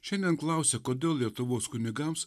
šiandien klausia kodėl lietuvos kunigams